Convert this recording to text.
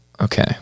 Okay